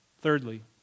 Thirdly